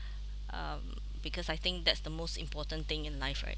um because I think that's the most important thing in life right